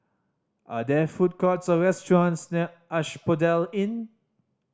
are there food courts or restaurants near Asphodel Inn